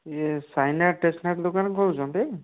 ଇଏ ସାଇନା ଷ୍ଟେସନାରୀ ଦୋକାନ କହୁଛନ୍ତି